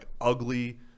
ugly